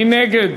מי נגד?